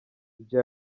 ibyo